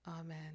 Amen